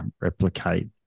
replicate